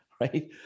Right